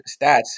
stats